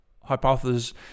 hypothesis